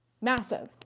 Massive